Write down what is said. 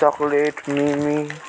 chocolate mimi